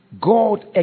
God